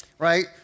Right